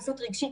ויסות רגשי,